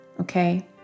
Okay